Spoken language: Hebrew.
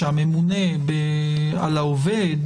שהממונה על העובד,